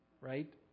right